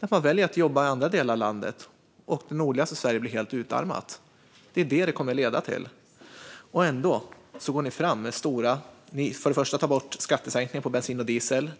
Människor väljer att jobba i andra delar av landet, och nordligaste Sverige blir helt utarmat. Det är vad det kommer att leda till. Ändå går ni fram med förslag där ni vill ta bort skattesänkningar på bensin och diesel.